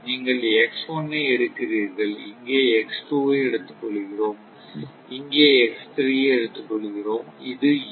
நீங்கள் ஐ எடுக்கிறீர்கள் இங்கே ஐ எடுத்துக்கொள்கிறோம் இங்கே ஐ எடுத்துக்கொள்கிறோம் இது U